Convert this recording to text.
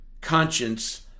conscience